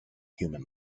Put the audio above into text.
human